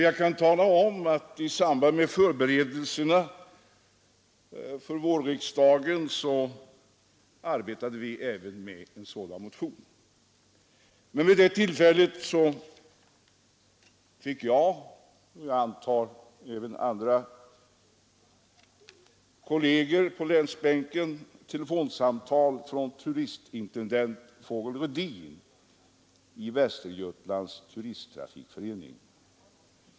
Jag kan tala om att vi i samband med förberedelserna för vårriksdagen även arbetade med en sådan motion. Men vid det tillfället fick vi — och jag antar även andra kolleger på länsbänken — telefonsamtal från turistintendent Vogel-Rödin i Västergötlands turisttrafikförening.